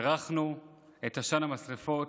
הרחנו את עשן המשרפות,